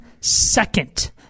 second